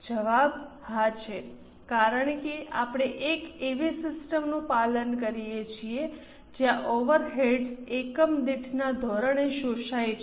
જવાબ હા છે કારણ કે આપણે એક એવી સિસ્ટમનું પાલન કરીએ છીએ જ્યાં ઓવરહેડ્સ એકમ દીઠ ના ધોરણે શોષાય છે